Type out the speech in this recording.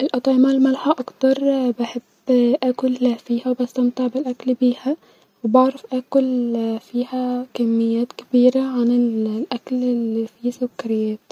الاطعمه المالحه اكترز بحب اكل بحب اكل فيها وبستمتع بالاكل بيها وبعرف اكل فيا-كميات كبيره عن الاكل الي فيه سكاريات